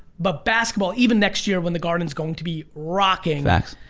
but basketball even next year when the gardens going to be rocking facts.